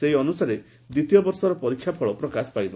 ସେହି ଅନୁସାରେ ଦ୍ୱିତୀୟ ବର୍ଷର ପରୀକ୍ଷା ଫଳ ପ୍ରକାଶ ପାଇବ